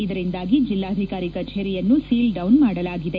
ಇದರಿಂದಾಗಿ ಜೆಲ್ಲಾಧಿಕಾರಿ ಕಜೇರಿಯನ್ನು ಸೀಲ್ ಡೌನ್ ಮಾಡಲಾಗಿದೆ